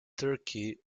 turkey